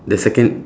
the second